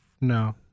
no